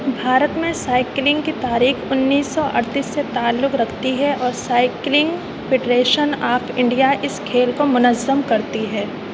بھارت میں سائیکلنگ کی تاریخ انیس سو اڑتیس سے تعلق رکھتی ہے اور سائیکلنگ فیڈریشن آف انڈیا اس کھیل کو منظم کرتی ہے